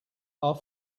are